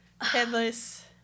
headless